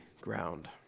ground